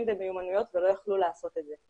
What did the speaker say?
ומיומנויות ולא יכלו לעשות את זה.